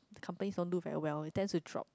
company onto farewell that is the drop